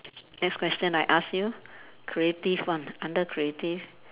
next question I ask you creative one under creative